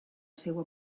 seua